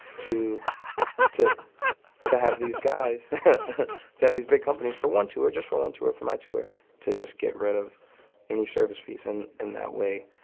to to to have these guys to have these big companies for one tour just for one tour for my tour to just get rid of any service fees. and that way,